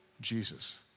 Jesus